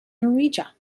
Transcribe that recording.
norwegia